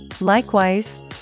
Likewise